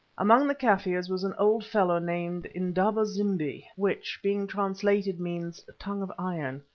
among the kaffirs was an old fellow named indaba-zimbi, which, being translated, means tongue of iron.